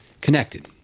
Connected